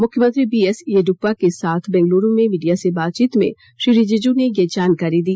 मुख्यमंत्री B S Yediyurappa के साथ बेंगलुरु में मीडिया से बातचीत में श्री रिजिजू ने यह जानकारी दी